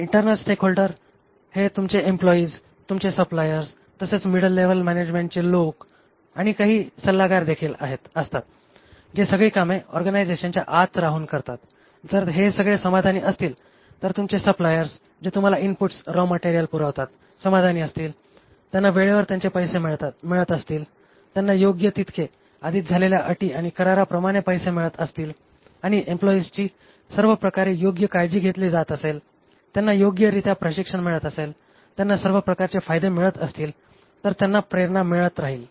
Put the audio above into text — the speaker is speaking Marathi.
इंटरनल स्टेकहोल्डर हे तुमचे एम्प्लॉईज तुमचे सप्लायर्स तसेच मिडल लेव्हल मॅनेजमेंटचे लोक आणि काही सल्लागारदेखील असतात जे सगळी कामे ऑर्गनायझेशनच्या आत राहून करतात जर ते सगळे समाधानी असतील जर तुमचे सप्लायर्स जे तुम्हाला इनपुट्स रॉ मटेरियल पुरवतात समाधानी असतील त्यांना वेळेवर त्यांचे पैसे मिळतात असतील त्यांना योग्य तितके आधीच झालेल्या अटी आणि कराराप्रमाणे पैसे मिळत असतील आणि एम्प्लॉईजची सर्व प्रकारे योग्य काळजी घेतली जात असेल त्यांना योग्यरित्या प्रशिक्षण मिळत असेल त्यांना सर्व प्रकारचे फायदे मिळत असतील तर त्यांना प्रेरणा मिळत राहील